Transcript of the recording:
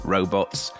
Robots